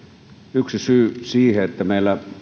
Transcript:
yksi syy siihen että meillä